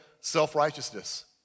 self-righteousness